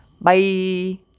Bye